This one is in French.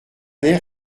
air